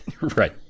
Right